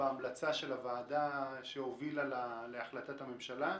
בהמלצת הוועדה שהובילה להחלטת הממשלה.